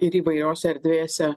ir įvairiose erdvėse